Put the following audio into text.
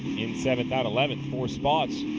in seventh, out eleventh. four spots.